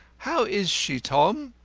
how is she, tom?